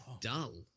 Dull